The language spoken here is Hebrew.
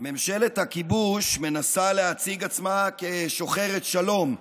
ממשלת הכיבוש מנסה להציג עצמה כשוחרת שלום.